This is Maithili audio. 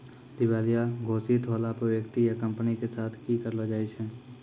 दिबालिया घोषित होला पे व्यक्ति या कंपनी के साथ कि करलो जाय छै?